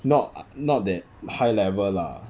not not that high level lah